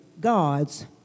God's